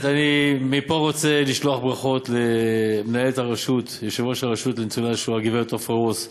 מפה אני רוצה לשלוח מפה ברכות ליושבת-ראש הרשות לניצולי השואה עפרה רוס,